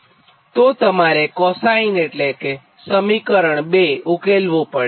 તો તમારે કોસાઇન એટલે કે સમીકરણ 2 ઉકેલવું પડે